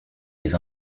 les